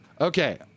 Okay